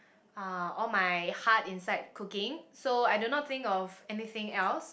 uh all my heart inside cooking so I do not think of anything else